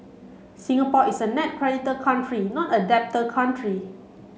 Singapore is a net creditor country not a debtor country